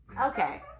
Okay